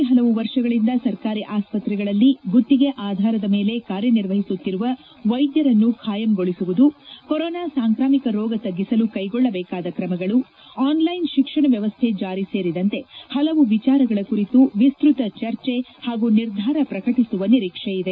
ಸಭೆಯಲ್ಲಿ ಹಲವು ವರ್ಷಗಳಿಂದ ಸರ್ಕಾರಿ ಆಸ್ಪತ್ರೆಗಳಲ್ಲಿ ಗುತ್ತಿಗೆ ಆಧಾರದ ಮೇಲೆ ಕಾರ್ಯನಿರ್ವಹಿಸುತ್ತಿರುವ ವೈದ್ಯರ ಕಾಯಂಗೊಳಿಸುವುದು ಕೊರೊನಾ ಸಾಂಕ್ರಾಮಿಕ ರೋಗ ತಗ್ಗಿಸಲು ಕೈಗೊಳ್ಳಬೇಕಾದ ಕ್ರಮಗಳು ಆನ್ ಲೈನ್ ಶಿಕ್ಷಣ ವ್ಯವಸ್ಠೆ ಜಾರಿ ಸೇರಿದಂತೆ ಹಲವು ವಿಚಾರಗಳ ಕುರಿತು ವಿಸ್ತತ ಚರ್ಚೆ ಹಾಗೂ ನಿರ್ಧಾರ ಪ್ರಕಟಿಸುವ ನಿರೀಕ್ಷೆ ಇದೆ